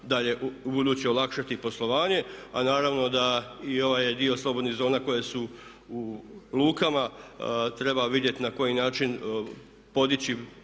dalje, ubuduće olakšati poslovanje. A naravno da i ovaj je dio slobodnih zona koje su u lukama treba vidjeti na koji način podići